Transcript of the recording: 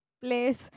place